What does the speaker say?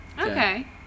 Okay